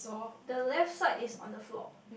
the left side is on the floor